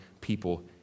people